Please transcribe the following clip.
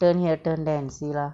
turn here turn there and see lah